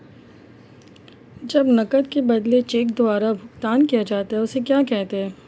जब नकद के बदले चेक द्वारा भुगतान किया जाता हैं उसे क्या कहते है?